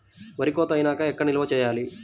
వరి కోత అయినాక ఎక్కడ నిల్వ చేయాలి?